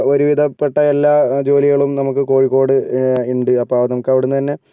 ഒരുവിധപ്പെട്ട എല്ലാ ജോലികളും നമുക്ക് കോഴിക്കോട് ഉണ്ട് അപ്പോൾ നമുക്കവിടെ നിന്ന് തന്നെ